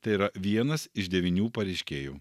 tai yra vienas iš devynių pareiškėjų